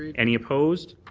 any opposed.